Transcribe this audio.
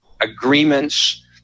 agreements